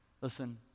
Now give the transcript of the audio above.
Listen